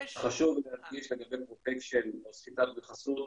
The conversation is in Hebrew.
יש --- חשוב להדגיש לגבי גופים שהם עוסקים בחסות,